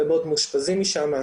יש הרבה מאוד מאושפזים משם,